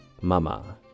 mama